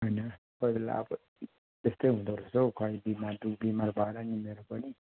होइन कोही बेला अब तेस्तै हुँदो रहेछ हौ खै बिमार दु ख बिमार भएर नि मेरो पनि